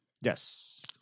Yes